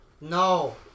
No